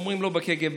אומרים לו בקג"ב,